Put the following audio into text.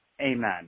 Amen